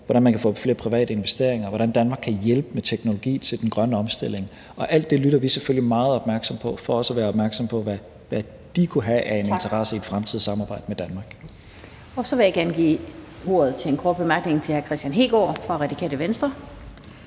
hvordan man kan få flere private investeringer, og hvordan Danmark kan hjælpe med teknologi til den grønne omstilling. Og alt det lytter vi selvfølgelig meget opmærksomt til for også at være opmærksomme på, hvad de kunne have af interesse i et fremtidigt samarbejde med Danmark. Kl. 15:49 Den fg. formand (Annette Lind): Tak. Så vil jeg gerne give ordet til hr. Kristian Hegaard fra Radikale Venstre